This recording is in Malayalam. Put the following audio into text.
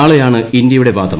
നാളെയാണ് ഇന്ത്യയുടെ വാദം